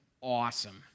awesome